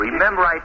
Remember